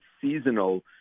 seasonal